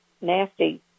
nasty